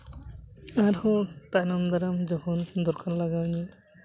ᱟᱨᱦᱚᱸ ᱛᱟᱭᱱᱚᱢ ᱫᱟᱨᱟᱢ ᱡᱚᱠᱷᱚᱱ ᱫᱚᱨᱠᱟᱨ ᱞᱟᱜᱟᱣ ᱤᱧᱟᱹ